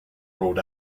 ruled